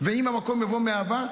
ואם המקום יבוא מאהבה,